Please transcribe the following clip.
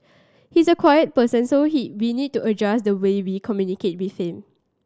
he's a quiet person so he we need to adjust the way we communicate with him